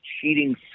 cheating